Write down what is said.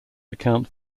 account